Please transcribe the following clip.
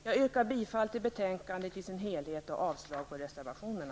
Jag yrkar bifall till utskottets hemställan på samtliga punkter och avslag på reservationerna.